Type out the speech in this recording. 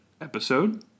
episode